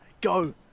Go